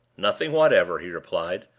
nothing whatever, he replied.